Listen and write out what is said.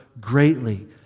greatly